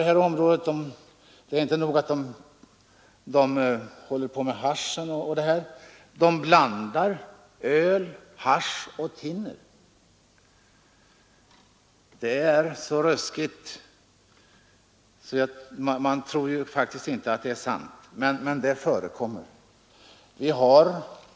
Det är inte nog att ungdomarna använder hasch osv. — de blandar öl, hasch och thinner. Det låter så ruskigt att man faktiskt inte tror att det är sant, men det förekommer.